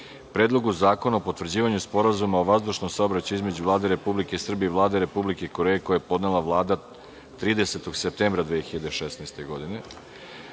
Predlogu zakona o potvrđivanju sporazuma o vazdušnom saobraćaju između Vlade Republike Srbije i Vlade Republike Koreje, koji je podnela Vlada 30. septembra 2016.